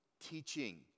teaching